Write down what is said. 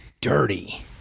Dirty